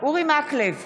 אורי מקלב,